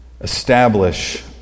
establish